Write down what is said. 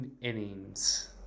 innings